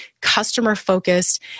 customer-focused